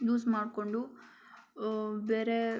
use ಮಾಡಿಕೊಂಡು ಬೇರೆ